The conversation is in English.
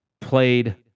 played